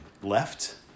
left